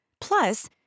Plus